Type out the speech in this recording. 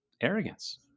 arrogance